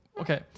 okay